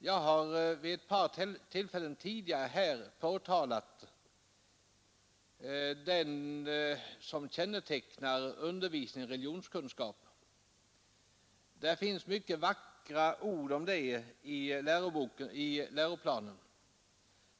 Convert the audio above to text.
Jag har vid ett par tillfällen tidigare pekat på vad som kännetecknar undervisningen i religionskunskap. Det finns mycket vackra ord om detta i läroplanen.